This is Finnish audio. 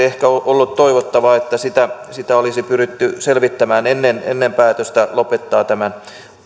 ehkä ollut toivottavaa että sitä sitä olisi pyritty selvittämään ennen ennen päätöstä lopettaa